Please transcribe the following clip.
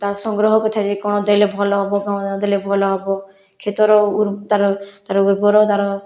ତା ସଂଗ୍ରହ କରିଥାଏ ଯେ କଣ ଦେଲେ ଭଲ ହେବ କଣ ନଦେଲେ ଭଲ ହେବ କ୍ଷେତର ତାର ଉର୍ବର ତାର